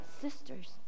sisters